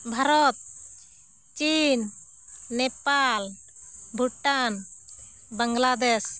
ᱵᱷᱟᱨᱚᱛ ᱪᱤᱱ ᱱᱮᱯᱟᱞ ᱵᱷᱩᱴᱟᱱ ᱵᱟᱝᱞᱟᱫᱮᱥ